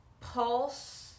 pulse